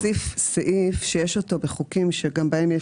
אני מציעה להוסיף סעיף שיש אותו בחוקים שגם בהם יש